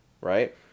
right